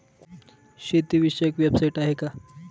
शेतीविषयक वेबसाइट आहे का?